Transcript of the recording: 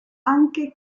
anche